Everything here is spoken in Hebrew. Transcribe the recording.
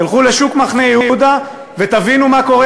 תלכו לשוק מחנה-יהודה ותבינו מה קורה